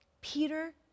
peter